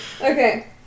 Okay